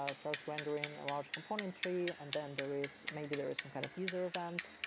ah starts rendering a large component tree and then there is maybe there is some kind of user event.